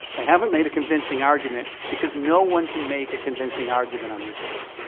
they haven't made a convincing argument, because no one can make a convincing argument on this issue.